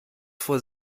vor